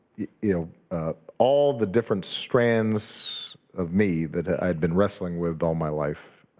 you know all the different strands of me that i'd been wrestling with all my life